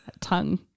tongue